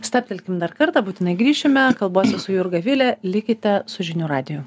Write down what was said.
stabtelkim dar kartą būtinai grįšime kalbuosi su jurga vile likite su žinių radiju